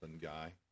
guy